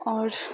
आओर